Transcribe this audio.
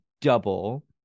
double